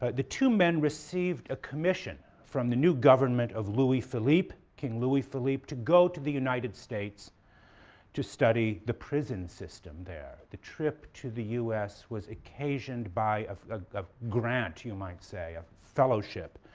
but the two men received a commission from the new government of louis philippe, king louis philippe, to go to the united states to study the prison system there. the trip to the u s. was occasioned by a grant you, might say, a fellowship,